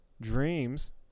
dreams